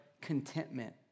contentment